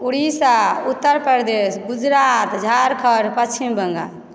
Odisha Uttar Pradesh Gujarat Jharkhand Paschim Bengal